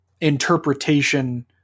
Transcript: interpretation